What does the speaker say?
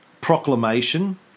proclamation